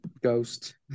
ghost